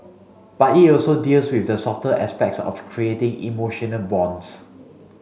but it also deals with the softer aspects of creating emotional bonds